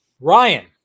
Ryan